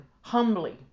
Humbly